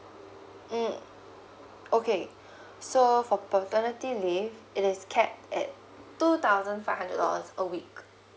mm okay so for paternity leave it is cap at two thousand five hundred dollars a week